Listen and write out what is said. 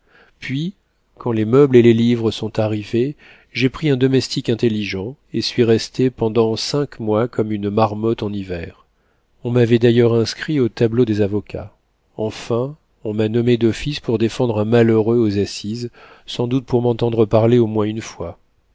puis quand les meubles et les livres sont arrivés j'ai pris un domestique intelligent et suis resté pendant cinq mois comme une marmotte en hiver on m'avait d'ailleurs inscrit au tableau des avocats enfin on m'a nommé d'office pour défendre un malheureux aux assises sans doute pour m'entendre parler au moins une fois